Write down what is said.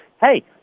hey